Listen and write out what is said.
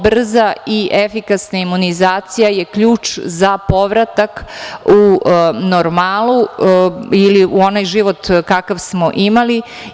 Brza i efikasna imunizacija je ključ za povratak u normalu ili u onaj život kakav smo imali.